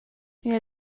mia